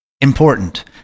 important